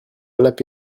l’apl